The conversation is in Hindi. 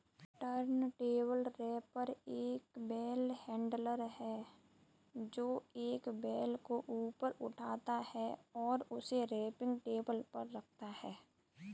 टर्नटेबल रैपर एक बेल हैंडलर है, जो एक बेल को ऊपर उठाता है और उसे रैपिंग टेबल पर रखता है